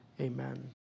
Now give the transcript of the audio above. Amen